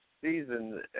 Season